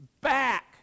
back